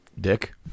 Dick